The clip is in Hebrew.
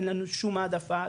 אין לנו שום העדפה,